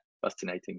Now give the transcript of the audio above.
fascinating